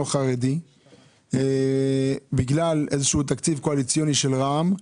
חרדי בגלל תקציב קואליציוני של רע"מ,